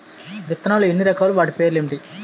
విత్తనాలు ఎన్ని రకాలు, వాటి పేర్లు ఏంటి?